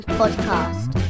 podcast